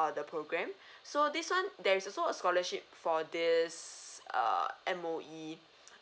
ah the program so this one there is also a scholarship for this is err M_O_E